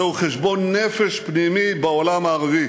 זהו חשבון נפש פנימי בעולם הערבי.